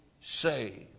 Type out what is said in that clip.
saved